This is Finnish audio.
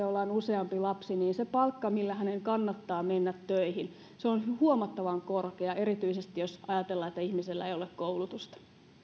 jolla on useampi lapsi niin se palkka millä hänen kannattaa mennä töihin on huomattavan korkea erityisesti jos ihmisellä ei ole koulutusta